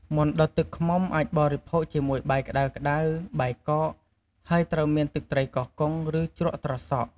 មាន់ដុតទឹកឃ្មុំអាចបរិភោគជាមួយបាយក្តៅៗ បាយកក ហើយត្រូវមានទឹកត្រីកោះកុង ឬជ្រក់ត្រសក់។